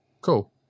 cool